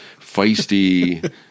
feisty